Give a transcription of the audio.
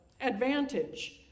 advantage